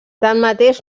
tanmateix